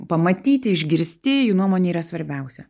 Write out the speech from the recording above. pamatyti išgirsti jų nuomonė yra svarbiausia